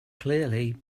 clearly